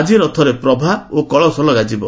ଆଜି ରଥରେ ପ୍ରଭା ଓ କଳସ ଲଗାଯିବ